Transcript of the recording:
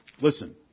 Listen